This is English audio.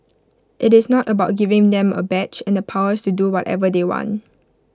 IT is not about giving them A badge and the powers to do whatever they want